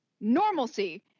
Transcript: normalcy